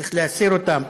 שצריך להסיר אותן,